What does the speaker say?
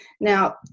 Now